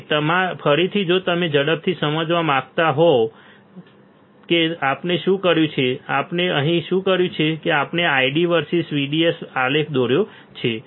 તેથી ફરીથી જો તમે ઝડપથી સમજવા માંગતા હોવ કે આપણે શું કર્યું છે આપણે અહીં શું કર્યું છે કે આપણે ID વર્સીસ VDS આલેખ દોર્યા છે